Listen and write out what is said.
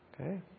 Okay